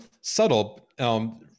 subtle